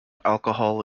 alcohol